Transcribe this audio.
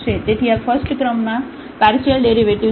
તેથી આ ફસ્ટક્રમમાં પાર્શિયલ ડેરિવેટિવ્ઝ છે